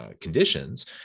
conditions